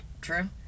true